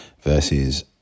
versus